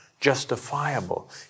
justifiable